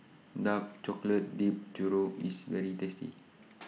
Dark Chocolate Dipped Churro IS very tasty